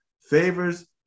favors